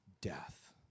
death